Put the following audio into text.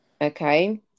Okay